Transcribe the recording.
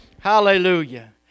Hallelujah